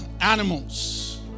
animals